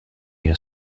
you